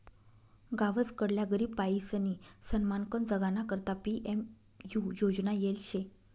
गावसकडल्या गरीब बायीसनी सन्मानकन जगाना करता पी.एम.यु योजना येल शे